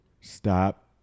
stop